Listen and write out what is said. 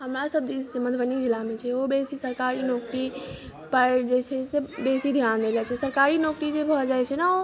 हमरासब दिस मधुबनी जिला मे छै ओ बेसी सरकारी नौकरी पर जे छै से बेसी ध्यान देल जाइ छै सरकारी नौकरी भऽ जे जाइ छै ने ओ